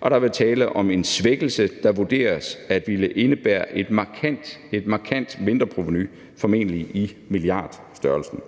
og der vil være tale om en svækkelse, der vurderes at ville indebære et markant mindre provenu, formentlig i milliardstørrelsen.